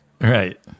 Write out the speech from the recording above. Right